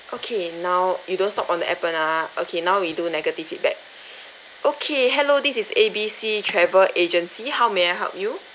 okay now you don't stop on the appen ah okay now we do negative feedback okay hello this is A_B_C travel agency how may I help you